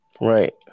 Right